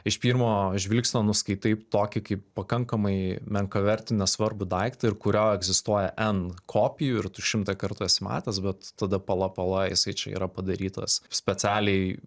iš pirmo žvilgsnio nuskaitai tokį kaip pakankamai menkavertį nesvarbu daiktą ir kurio egzistuoja n kopijų ir tu šimtą kartų esu matęs bet tada pala pala jisai čia yra padarytas specialiai